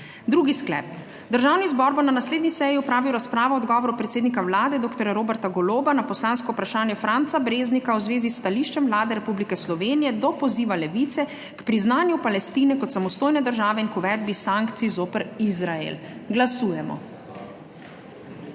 Drugi sklep: Državni zbor bo na naslednji seji opravil razpravo o odgovoru predsednika Vlade dr. Roberta Goloba na poslansko vprašanje Franca Breznika v zvezi s stališčem Vlade Republike Slovenije do poziva Levice k priznanju Palestine kot samostojne države in k uvedbi sankcij zoper Izrael. Glasujemo.